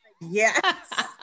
Yes